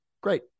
great